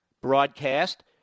broadcast